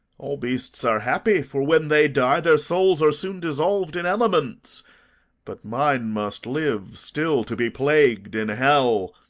all beasts are happy, for, when they die, their souls are soon dissolv'd in elements but mine must live still to be plagu'd in hell.